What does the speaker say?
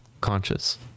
conscious